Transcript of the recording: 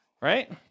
Right